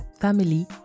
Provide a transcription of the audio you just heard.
family